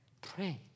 Pray